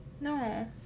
No